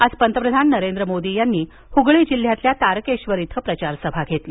आज पंतप्रधान नरेंद्र मोदी यांनी आज हूगळी जिल्ह्यातील तारकेश्वर इथं प्रचारसभा घेतली